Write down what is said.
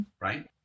right